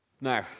Now